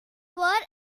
were